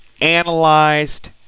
analyzed